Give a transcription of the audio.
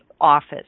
office